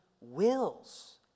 wills